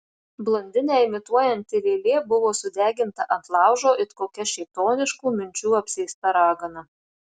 blondinę imituojanti lėlė buvo sudeginta ant laužo it kokia šėtoniškų minčių apsėsta ragana